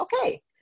okay